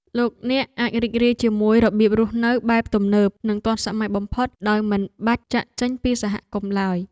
លោកអ្នកអាចរីករាយជាមួយរបៀបរស់នៅបែបទំនើបនិងទាន់សម័យបំផុតដោយមិនបាច់ចាកចេញពីសហគមន៍ឡើយ។